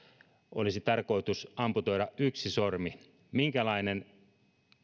olisi tarkoitus amputoida yksi sormi niin minkälainen